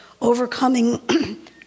overcoming